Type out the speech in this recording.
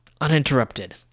Uninterrupted